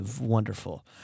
Wonderful